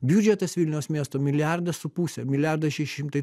biudžetas vilniaus miesto milijardas su puse milijardas šeši šimtai